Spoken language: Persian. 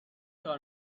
کار